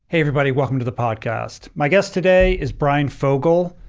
hey everybody. welcome to the podcast. my guest today is bryan fogel.